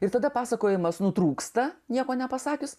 ir tada pasakojimas nutrūksta nieko nepasakius